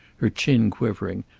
her chin quivering,